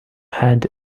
had